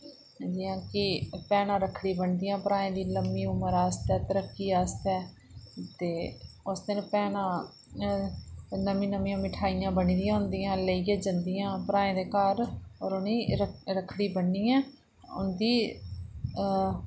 जि'यां कि भैना रक्खड़ी बनदियां भ्राएं दी लम्मी उम्र आस्तै तरक्की आस्तै ते उसदिन भैनां नमीं नमियां मिठाइयां बनी दियां होंदियां लेइयै जन्दियां भ्राएं दे घर और उ'ने ईं रक् रक्खड़ी बन्नियै उं'दी